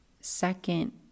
second